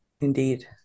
Indeed